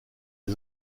les